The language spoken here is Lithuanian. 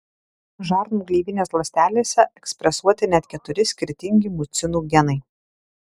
žarnų gleivinės ląstelėse ekspresuoti net keturi skirtingi mucinų genai